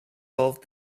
solved